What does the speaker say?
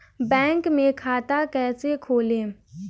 Bank में खाता कैसे खोलें?